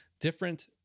different